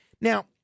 Now